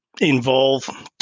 involve